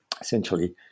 essentially